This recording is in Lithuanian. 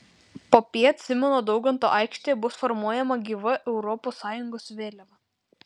popiet simono daukanto aikštėje bus formuojama gyva europos sąjungos vėliava